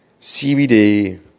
CBD